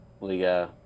liga